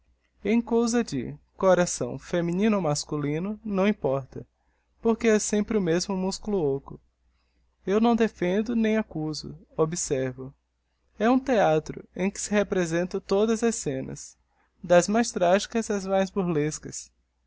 em cousas de coração feminino ou masculino não importa porque é sempre o mesmo musculo ôco eu não defendo nem accuso observo e um theatro em que se representam todas as scenas das mais trágicas ás mais burlescas e